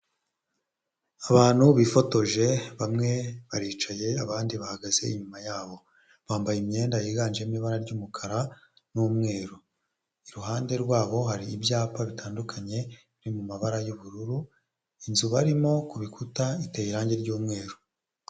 Abantu bifotoje bamwe baricaye abandi bahagaze inyuma yabo bambaye imyenda yiganjemo ibara ry'umukara n'umweru, iruhande rwabo hari ibyapa bitandukanye biri mu mabara y'ubururu, inzu barimo ku rukuta iteye irangi ry'umweru.